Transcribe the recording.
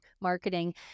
marketing